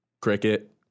Cricket